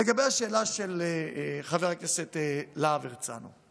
לגבי השאלה של חבר הכנסת להב הרצנו,